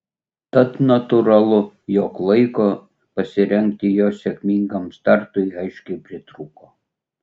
tad natūralu jog laiko pasirengti jo sėkmingam startui aiškiai pritrūko